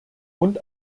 und